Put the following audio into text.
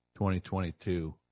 2022